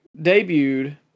debuted